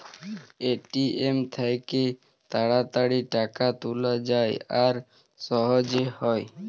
ATM থ্যাইকে তাড়াতাড়ি টাকা তুলা যায় আর সহজে হ্যয়